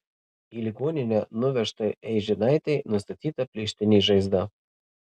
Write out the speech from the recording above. į ligoninę nuvežtai eižinaitei nustatyta plėštinė žaizda